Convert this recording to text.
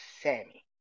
Sammy